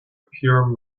pure